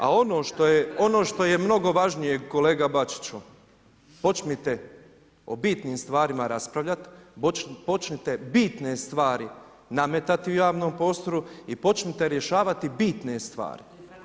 A ono što je mnogo važnije kolega Bačiću počnite o bitnim stvarima raspravljati, počnite bitne stvari nametati u javnom prostoru i počnite rješavati bitne stvari.